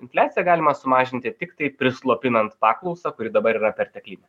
infliacija galima sumažinti tiktai prislopinant paklausą kuri dabar yra perteklinė